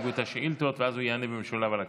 יציגו את השאילתות והוא יענה במשולב על הכול.